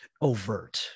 overt